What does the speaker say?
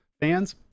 fans